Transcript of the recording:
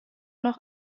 noch